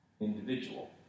individual